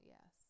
Yes